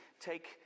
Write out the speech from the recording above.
take